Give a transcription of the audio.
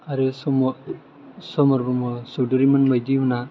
आरो समर समर ब्रह्म चौधुनिमोन बायदिमोनहा